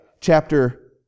chapter